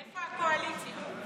איפה הקואליציה?